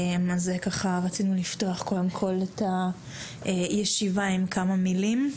אז רצינו לפתוח קודם כל את הישיבה עם כמה מילים.